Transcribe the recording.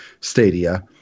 Stadia